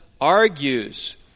argues